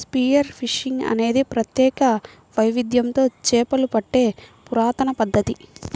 spear fishing అనేది ప్రత్యేక వైవిధ్యంతో చేపలు పట్టే పురాతన పద్ధతి